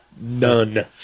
None